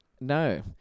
No